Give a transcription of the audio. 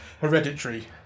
Hereditary